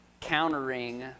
countering